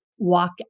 walk